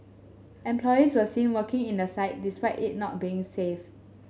employees were seen working in the site despite it not being made safe